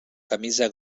camisa